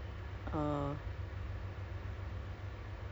believe in like you know inviting so many people